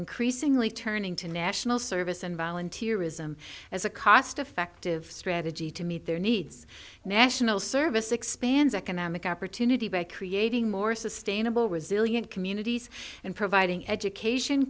increasingly turning to national service and volunteer ism as a cost effective strategy to meet their needs national service expands economic opportunity by creating more sustainable resilient communities and providing education